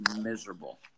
miserable